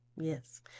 Yes